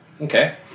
Okay